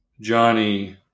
Johnny